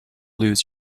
lose